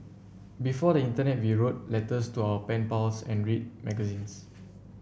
before the internet we wrote letters to our pen pals and read magazines